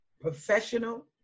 professional